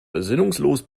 besinnungslos